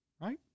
right